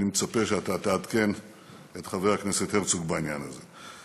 אני מצפה שאתה תעדכן את חבר הכנסת הרצוג בעניין הזה.